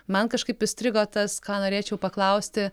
man kažkaip įstrigo tas ką norėčiau paklausti